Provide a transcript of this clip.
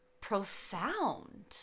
profound